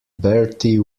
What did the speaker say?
bertie